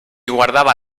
guardava